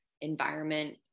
environment